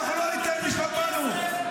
--- אנחנו לא ניתן שיפגעו בנו.